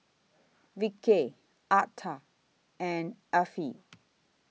Vickey Arta and Effie